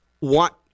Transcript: want